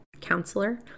Counselor